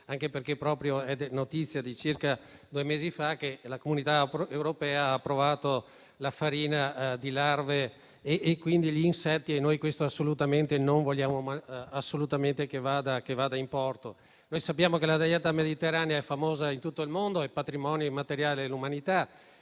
perché è notizia di circa due mesi fa che l'Unione europea ha approvato la farina di larve e, quindi, gli insetti come cibo. Assolutamente non vogliamo che ciò vada in porto. Sappiamo che la dieta mediterranea è famosa in tutto il mondo; è patrimonio immateriale dell'umanità